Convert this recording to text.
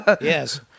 Yes